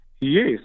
Yes